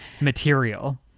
material